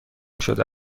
شده